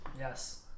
Yes